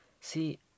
See